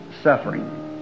suffering